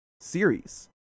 series